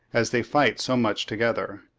as they fight so much together.